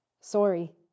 Sorry